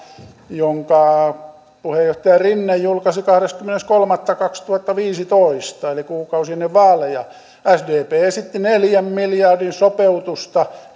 jonka puheenjohtaja rinne julkaisi kahdeskymmenes kolmatta kaksituhattaviisitoista eli kuukausi ennen vaaleja sdp esitti neljän miljardin sopeutusta